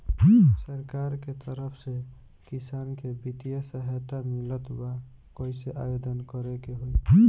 सरकार के तरफ से किसान के बितिय सहायता मिलत बा कइसे आवेदन करे के होई?